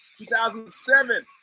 2007